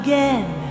Again